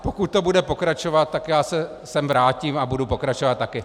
Pokud to bude pokračovat, já se sem vrátím a budu pokračovat taky.